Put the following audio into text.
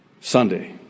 Sunday